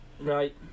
Right